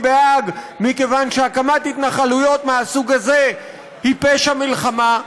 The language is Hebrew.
בהאג מכיוון שהקמת התנחלויות מהסוג הזה היא פשע מלחמה?